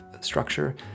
structure